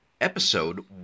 episode